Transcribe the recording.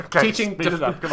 teaching